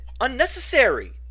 Unnecessary